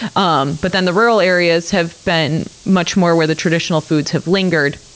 um but then the rural areas have been much more where the traditional foods have lingered.